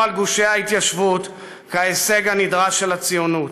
על גושי ההתיישבות כהישג הנדרש של הציונות.